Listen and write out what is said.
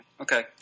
Okay